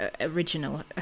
original